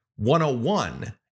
101